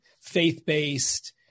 faith-based